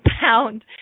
pound